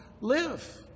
live